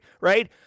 right